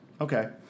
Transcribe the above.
Okay